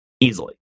easily